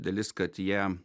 dalis kad jie